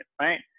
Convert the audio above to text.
right